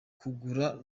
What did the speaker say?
kugura